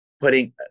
putting